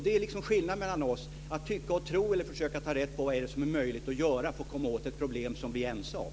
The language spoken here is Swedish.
Det är skillnaden mellan oss, att tycka och tro eller att försöka ta reda på vad det är som är möjligt att göra för att komma åt ett problem som vi är ense om.